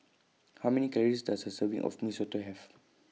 How Many Calories Does A Serving of Mee Soto Have